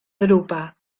drupa